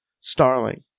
Starling